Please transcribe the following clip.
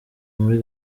muri